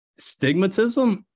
Stigmatism